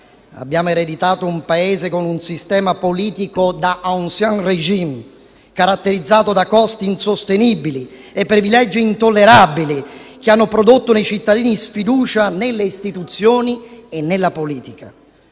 Abbiamo ereditato un Paese con un sistema politico da *ancien régime*, caratterizzato da costi insostenibili e privilegi intollerabili che hanno prodotto nei cittadini sfiducia nelle istituzioni e nella politica.